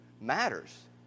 matters